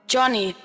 Johnny